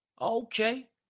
Okay